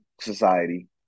society